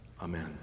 amen